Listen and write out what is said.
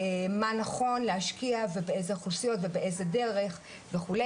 מה נכון להשקיע ובאיזה אוכלוסיות ובאיזה דרך וכו',